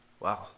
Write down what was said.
wow